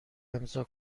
امضاء